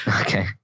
Okay